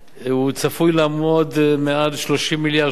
הוא צפוי לעמוד על מעל 30 מיליארד שקל,